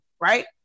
Right